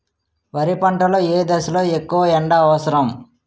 వరి పంట లో ఏ దశ లొ ఎక్కువ ఎండా అవసరం?